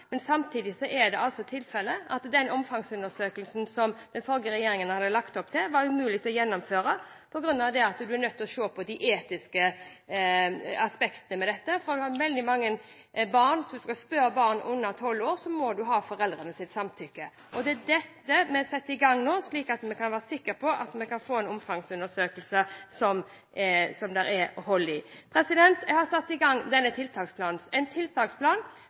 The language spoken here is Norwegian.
Men samtidig er tilfellet at den omfangsundersøkelsen som den forrige regjeringen hadde lagt opp til, var umulig å gjennomføre fordi man er nødt til å se på de etiske aspektene ved dette. Hvis man skal spørre barn under tolv år, må man ha foreldrenes samtykke. Det er dette vi setter i gang nå, slik at vi kan være sikre på at vi kan få en omfangsundersøkelse som det er hold i. Jeg har satt i gang denne tiltaksplanen – en tiltaksplan